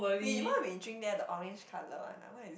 we what we drink there the orange colour one ah what is